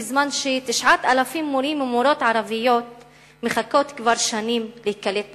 בזמן ש-9,000 מורים ומורות ערבים מחכים כבר שנים להיקלט במערכת.